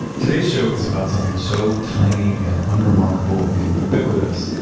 today's show is about something so tiny and unremarkable and ubiquitous.